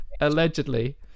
Allegedly